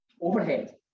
overhead